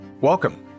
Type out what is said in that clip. Welcome